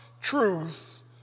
truth